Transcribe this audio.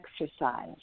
exercise